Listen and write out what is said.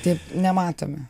taip nematome